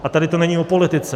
A tady to není o politice.